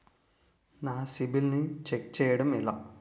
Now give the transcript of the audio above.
నా సిబిఐఎల్ ని ఛెక్ చేయడం ఎలా?